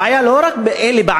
הבעיה לא רק באלה,